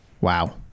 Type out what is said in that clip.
wow